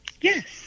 Yes